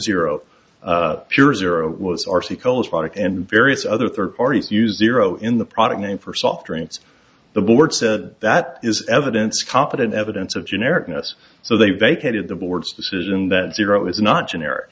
zero pure zero was r c cola product and various other third parties use the euro in the product name for soft drinks the board said that is evidence competent evidence of generic ness so they vacated the board's decision that zero is not generic